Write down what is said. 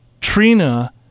Trina